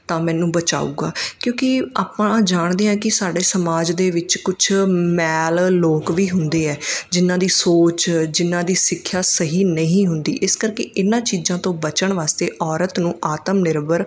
ਤਾਂ ਮੈਨੂੰ ਬਚਾਊਗਾ ਕਿਉਂਕਿ ਆਪਾਂ ਜਾਣਦੇ ਹਾਂ ਕਿ ਸਾਡੇ ਸਮਾਜ ਦੇ ਵਿੱਚ ਕੁਛ ਮੈਲ ਲੋਕ ਵੀ ਹੁੰਦੇ ਹੈ ਜਿਹਨਾਂ ਦੀ ਸੋਚ ਜਿਹਨਾਂ ਦੀ ਸਿੱਖਿਆ ਸਹੀ ਨਹੀਂ ਹੁੰਦੀ ਇਸ ਕਰਕੇ ਇਹਨਾਂ ਚੀਜ਼ਾਂ ਤੋਂ ਬਚਣ ਵਾਸਤੇ ਔਰਤ ਨੂੰ ਆਤਮ ਨਿਰਭਰ